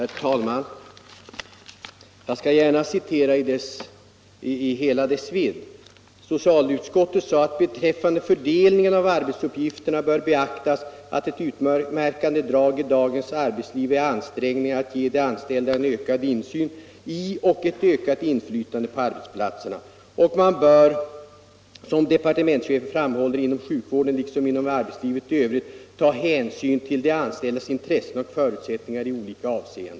Herr talman! Jag skall gärna citera uttalandet i hela dess vidd. Socialutskottets utlåtande lyder i sin helhet: ”Beträffande fördelningen av arbetsuppgifterna bör beaktas att ett utmärkande drag i dagens arbetsliv är ansträngningarna att ge de anställda en ökad insyn i och ett ökat inflytande på arbetsplatserna och man bör, som departementschefen framhåller, inom sjukvården liksom inom arbetslivet i övrigt ta hänsyn till de anställdas intressen och förutsättningar i olika avseenden.